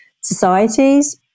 societies